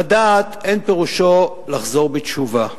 לדעת אין פירושו לחזור בתשובה,